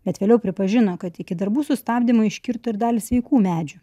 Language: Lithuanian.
bet vėliau pripažino kad iki darbų sustabdymo iškirto ir dalį sveikų medžių